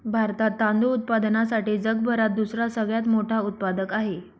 भारतात तांदूळ उत्पादनासाठी जगभरात दुसरा सगळ्यात मोठा उत्पादक आहे